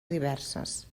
diverses